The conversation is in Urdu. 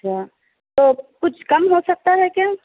اچھا تو کچھ کم ہو سکتا ہے کیا